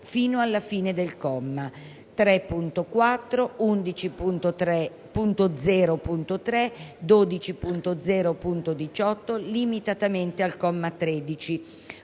fino alla fine del comma), 3.4, 11.0.3, 12.0.18 (limitatamente al comma 13),